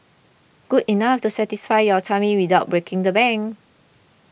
good enough to satisfy your tummy without breaking the bank